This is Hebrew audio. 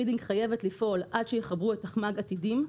רידינג חייבת לפעול עד שיחברו את תחמ"ג עתידים,